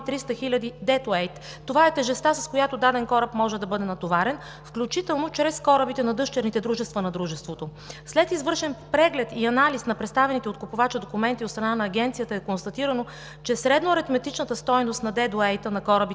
дедуейт. Това е тежестта, с която даден кораб може да бъде натоварен, включително чрез корабите на дъщерните дружества на дружеството. След извършен преглед и анализ на представените от купувача документи от страна на Агенцията е констатирано, че средноаритметичната стойност на дедуейт на корабите